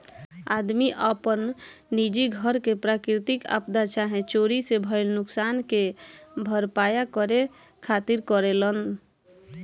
आदमी आपन निजी घर के प्राकृतिक आपदा चाहे चोरी से भईल नुकसान के भरपाया करे खातिर करेलेन